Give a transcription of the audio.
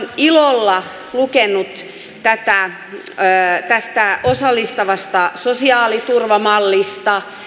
ilolla lukenut tästä osallistavasta sosiaaliturvamallista